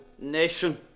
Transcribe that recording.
nation